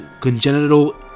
congenital